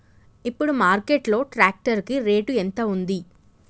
ఇప్పుడు మార్కెట్ లో ట్రాక్టర్ కి రేటు ఎంత ఉంది?